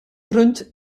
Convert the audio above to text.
rund